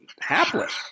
hapless